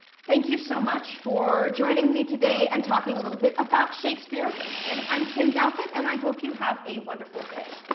thank you so much for joining me today and talking a little bit about shakespeare. again, i'm kim douthit and i hope you have a wonderful day.